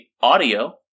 audio